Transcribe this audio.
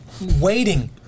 waiting